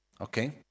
okay